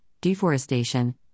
deforestation